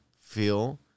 feel